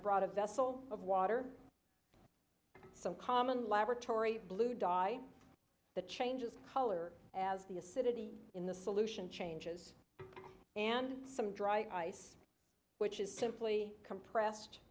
brought a vessel of water some common laboratory blue dye the changes color as the acidity in the solution changes and some dry ice which is typically compressed